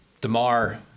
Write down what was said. DeMar